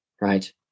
right